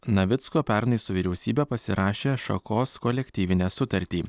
navicko pernai su vyriausybe pasirašė šakos kolektyvinę sutartį